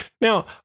now